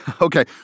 okay